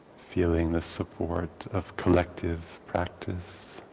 feeling the support of collective practice,